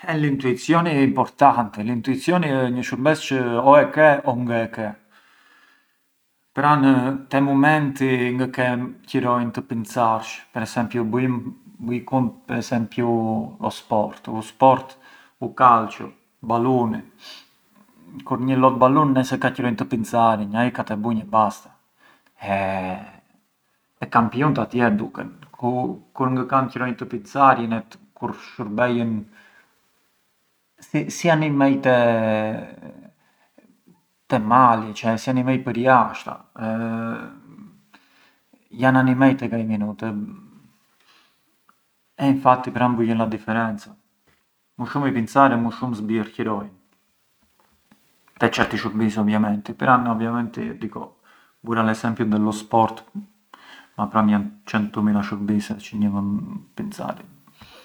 Eh l’intuizioni ë importanti, l’intuizioni ë një shurbes çë o e ke o ngë e ke, pran te mumenti ngë ke qëro të pincarsh, per esempiu, buj kunt per esempiu uno sport… u sport, u calciu, baluni, kur një lot balun ngë se ka qëroin të pincarënj, ai ka të bunj e basta e kampjunt ktje buhen, kur ngë kan qëroin të pincarjën e kur shurbejën si animej te… te mali, cioè si animej përjashta, jan animej tek ai minut e infatti pran bujën a differenza, më shumë i pincarjën më shumë zbierjën qroin, te certi shurbise ovviamenti, ovviamenti io dicu, bura un esempiu dello sport, ma pra‘ jan centumila shurbise çë një mënd pincarënj.